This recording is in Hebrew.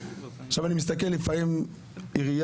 עכשיו אני מסתכל, לפעמים עירייה